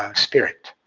um spirit,